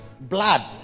blood